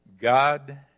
God